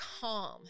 calm